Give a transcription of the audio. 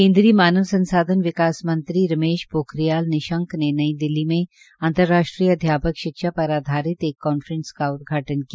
केन्द्रीय मानव संसाधन विकास मंत्री रमेश पोखिरियाल निशंक ने नई दिल्ली में अंतर्राष्ट्रीय अध्यापक शिक्षा पर आधारित एक कांफ्रेस का उदघाटन किया